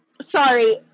Sorry